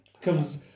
comes